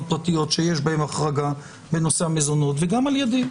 פרטיות שיש בהן החרגה בנושא המזונות וגם על ידי.